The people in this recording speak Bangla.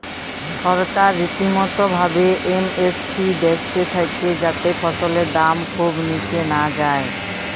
সরকার রীতিমতো ভাবে এম.এস.পি দ্যাখতে থাক্যে যাতে ফসলের দাম খুব নিচে না যায়